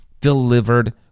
delivered